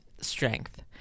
strength